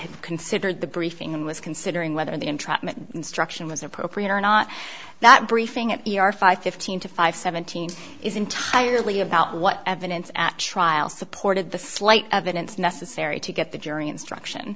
had considered the briefing was considering whether the entrapment instruction was appropriate or not that briefing at b r five fifteen to five seventeen is entirely about what evidence at trial supported the slight evidence necessary to get the jury instruction